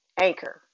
anchor